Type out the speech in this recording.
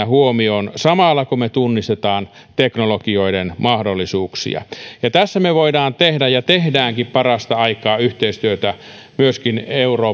huomioon samalla kun me tunnistamme teknologioiden mahdollisuuksia ja tässä me voimme tehdä ja teemmekin parasta aikaa yhteistyötä